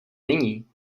není